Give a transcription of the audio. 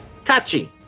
Kachi